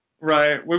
Right